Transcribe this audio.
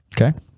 Okay